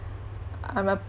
I'm a